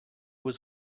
was